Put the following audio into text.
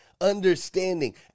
understanding